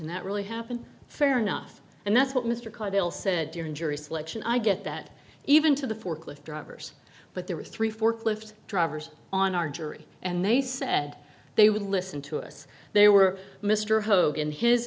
in that really happened fair enough and that's what mr carville said during jury selection i get that even to the forklift drivers but there were three forklift drivers on our jury and they said they would listen to us they were mr hogan his